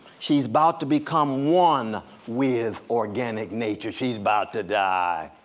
she's about to become one with organic nature. she's about to die.